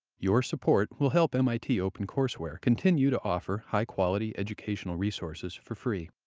your support will help mit opencourseware continue to offer high-quality educational resources for free.